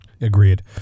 Agreed